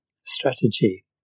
Strategy